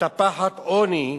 מטפחת עוני.